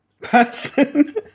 person